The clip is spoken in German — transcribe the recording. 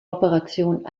operationen